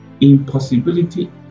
impossibility